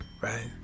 Right